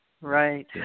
Right